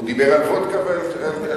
הוא דיבר על וודקה ועל אלכוהול.